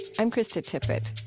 i'm krista tippett.